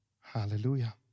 Hallelujah